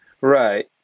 Right